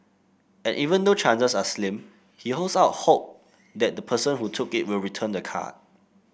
and even though chances are slim he holds out hope that the person who took it will return the card